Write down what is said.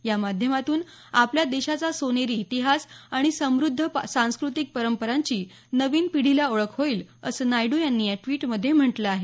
या माध्यमातून आपल्या देशाचा सोनेरी इतिहास आणि समद्ध सांस्कृतिक परंपरांची नवीन पिढीला ओळख होईल असं नायडू यांनी या ट्वीटमध्ये म्हटलं आहे